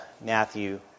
Matthew